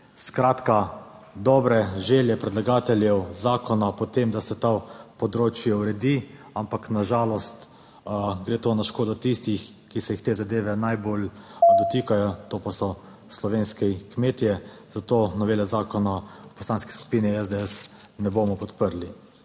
dopustiti. Dobre želje predlagateljev zakona glede tega, da se to področje uredi, ampak na žalost gre na škodo tistih, ki se jih te zadeve najbolj dotikajo, to pa so slovenski kmetje. Novele zakona v Poslanski skupini SDS zato ne bomo podprli.